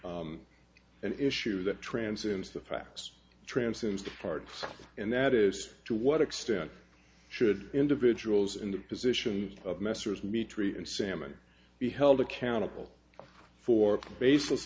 raises an issue that transcends the facts transcends the party and that is to what extent should individuals in the position of messrs mitri and salman be held accountable for baseless